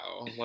wow